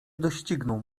dościgną